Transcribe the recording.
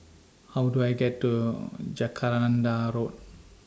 How Do I get to Jacaranda Road